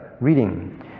Reading